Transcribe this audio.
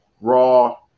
Raw